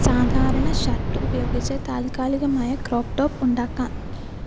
സാധാരണ ഷർട്ട് ഉപയോഗിച്ച് താൽക്കാലികമായ ക്രോപ്പ് ടോപ്പ് ഉണ്ടാക്കാം